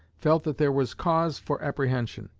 felt that there was cause for apprehension.